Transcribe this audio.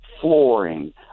flooring